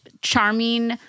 charming